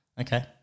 Okay